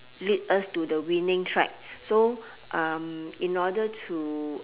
lead us to the winning track so um in order to